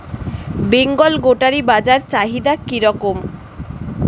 বেঙ্গল গোটারি বাজার চাহিদা কি রকম?